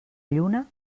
lluna